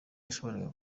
yashoboraga